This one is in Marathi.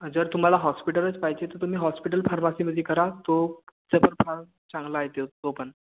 जर तुम्हाला हॉस्पिटलच पाहिजे तर तुम्ही हॉस्पिटल फार्मासीमध्ये करा तो सपोर्ट तुम्हाला चांगला आहे तो पण